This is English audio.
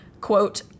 Quote